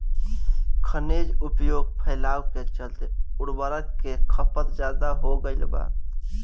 खनिज उपयोग फैलाव के चलते उर्वरक के खपत ज्यादा हो गईल बा